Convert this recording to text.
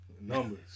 Numbers